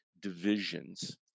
divisions